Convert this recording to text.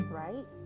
right